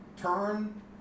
turn